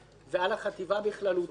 ועל החטיבה בכללותה,